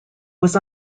was